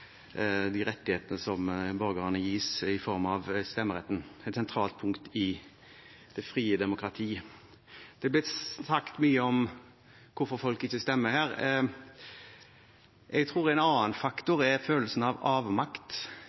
rettighetene som borgerne gis i form av stemmeretten, et sentralt punkt i det frie demokratiet. Det har blitt sagt mye her om hvorfor folk ikke stemmer. Jeg tror en annen faktor er følelsen av avmakt,